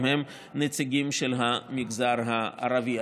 גם הם נציגים של המגזר הערבי.